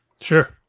Sure